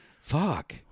fuck